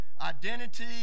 identity